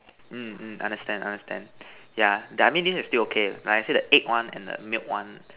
mm mm understand understand yeah yeah I mean this is still okay when I say the egg one and the milk one